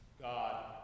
God